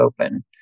open